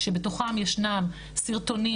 שבתוכם ישנם סרטונים.